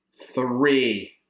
Three